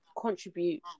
contribute